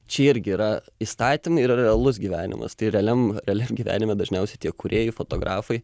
čia irgi yra įstatymai ir yra realus gyvenimas tai realiam realiam gyvenime dažniausiai tie kūrėjai fotografai